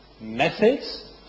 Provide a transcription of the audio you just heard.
methods